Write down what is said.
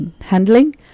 handling